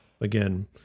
again